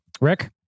Rick